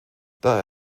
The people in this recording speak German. daher